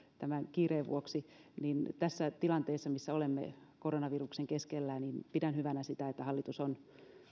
tämän kiireen vuoksi niin tässä tilanteessa missä olemme koronaviruksen keskellä pidän hyvänä sitä että hallitus on